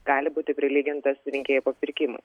gali būti prilygintas rinkėjų papirkimui